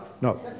No